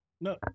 No